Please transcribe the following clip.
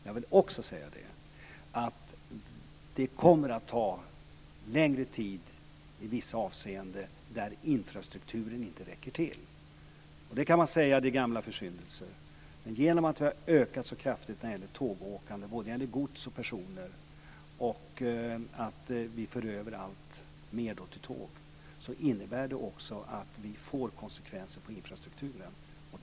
Jag vill också säga att det kommer att ta längre tid i vissa avseenden där infrastrukturen inte räcker till. Man kan säga att det är gamla försyndelser, men genom att tågtrafiken har ökat så kraftigt, när det gäller både gods och personer, och vi för över alltmer till tåg innebär det också att det får konsekvenser på infrastrukturen.